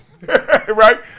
Right